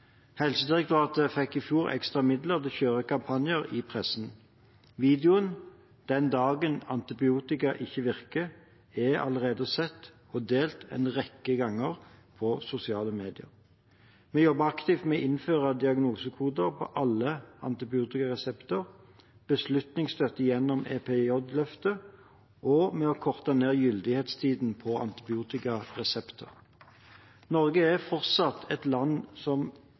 Helsedirektoratet fikk i fjor ekstra midler til å kjøre kampanjer i pressen. Videoen «Den dagen antibiotika ikke virker» er allerede sett og delt en rekke ganger på sosiale medier. Vi jobber aktivt med å innføre diagnosekoder på alle antibiotikaresepter, med beslutningsstøtte gjennom EPJ-løftet og med å korte ned gyldighetstiden på antibiotikaresepter. Norge er fortsatt et land som